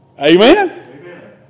Amen